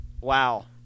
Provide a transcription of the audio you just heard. Wow